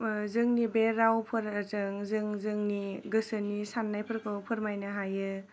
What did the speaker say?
जोंनि बे रावफोरजों जों जोंनि गोसोनि साननायफोरखौ फोरमायनो हायो